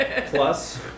Plus